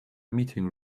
meeting